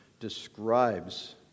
describes